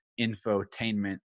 infotainment